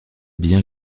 bien